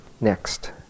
Next